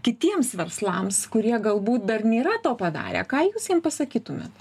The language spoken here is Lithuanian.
kitiems verslams kurie galbūt dar nėra to padarę ką jūs jiem pasakytumėt